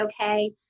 okay